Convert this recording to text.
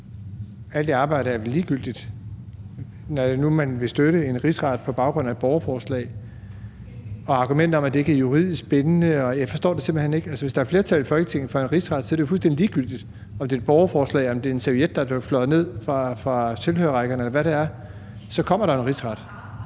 alt det arbejde er ligegyldigt, når nu man vil støtte en rigsret på baggrund af et borgerforslag. Jeg forstår simpelt hen ikke argumentet med, at det ikke er juridisk bindende. Hvis der er flertal i Folketinget for en rigsret, er det jo fuldstændig ligegyldigt, om det er et borgerforslag, eller om det står på en serviet, der er fløjet ned fra tilhørerrækkerne, eller hvad det er, for så kommer der en rigsret.